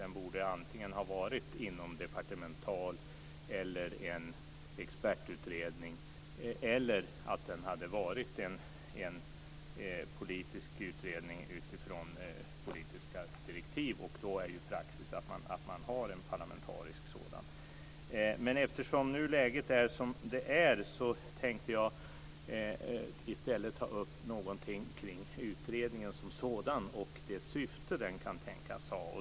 Det borde antingen ha varit en inomdepartemental utredning, en expertutredning eller en politisk utredning utifrån politiska direktiv, och då är det ju praxis att man har en parlamentarisk utredning. Men eftersom nu läget är som det är tänkte jag i stället ta upp något omkring utredningen som sådan och det syfte den kan tänkas ha.